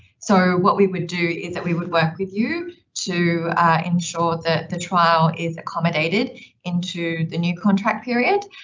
so what we would do is that we would work with you to ensure that the trial is accommodated into the new contract period.